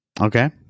Okay